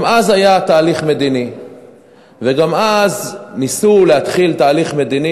גם אז היה תהליך מדיני וגם אז ניסו להתחיל תהליך מדיני